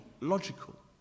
logical